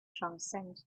transcend